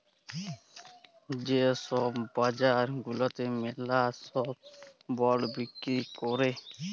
যে ছব বাজার গুলাতে ম্যালা ছব বল্ড বিক্কিরি ক্যরে